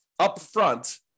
upfront